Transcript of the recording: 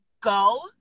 go